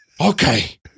okay